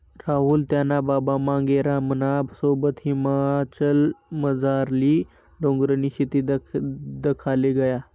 राहुल त्याना बाबा मांगेरामना सोबत हिमाचलमझारली डोंगरनी शेती दखाले गया